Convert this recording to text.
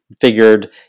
figured